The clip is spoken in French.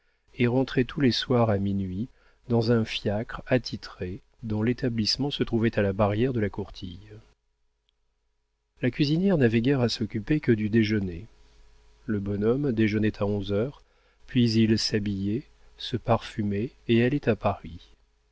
et rentrait tous les soirs à minuit dans un fiacre attitré dont l'établissement se trouvait à la barrière de la courtille la cuisinière n'avait guère à s'occuper que du déjeuner le bonhomme déjeunait à onze heures puis il s'habillait se parfumait et allait à paris